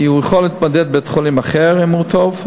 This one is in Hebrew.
כי הוא יכול להתמודד בבית-חולים אחר אם הוא טוב,